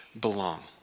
belong